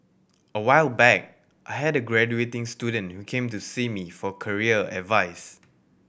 a while back I had a graduating student who came to see me for career advice